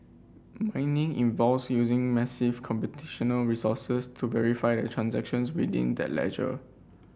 mining involves using massive computational resources to verify the transactions within that ledger